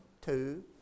two